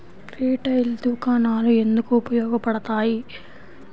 Retail దుకాణాలు ఎందుకు ఉపయోగ పడతాయి?